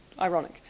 ironic